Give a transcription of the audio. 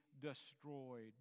Destroyed